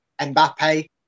Mbappe